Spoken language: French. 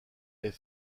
est